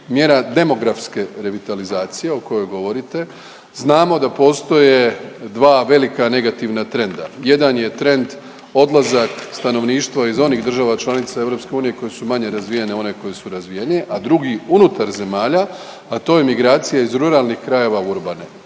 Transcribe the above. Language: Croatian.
mjera demografske revitalizacije o kojoj govorite, znamo da postoje dva velika negativna trenda, jedan je trend odlazak stanovništva iz onih država članica EU koje su manje razvijene u one koje su razvijenije, a drugi unutar zemalja, a to je migracija iz ruralnih krajeva u urbane.